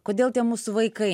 kodėl tie mūsų vaikai